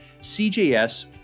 CJS